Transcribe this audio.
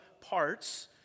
parts